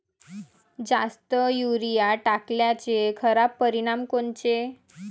जास्त युरीया टाकल्याचे खराब परिनाम कोनचे?